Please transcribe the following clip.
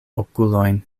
okulojn